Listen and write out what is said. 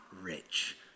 rich